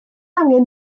angen